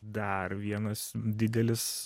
dar vienas didelis